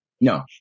no